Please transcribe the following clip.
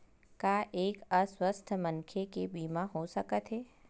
का एक अस्वस्थ मनखे के बीमा हो सकथे?